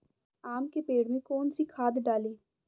आम के पेड़ में कौन सी खाद डालें?